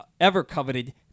ever-coveted